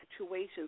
situations